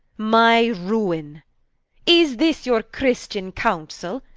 my ruine is this your christian councell?